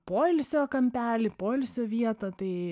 poilsio kampelį poilsio vietą tai